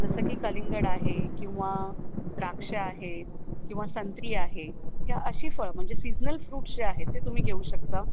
जसं की कलिंगड आहे किंवा द्राक्ष आहे किंवा संत्री आहे ह्या अशी फळं म्हणजे सीजनल फ्रूट्स जे आहेत ते तुम्ही घेऊ शकता